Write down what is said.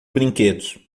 brinquedos